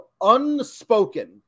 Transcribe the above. unspoken